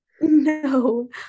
No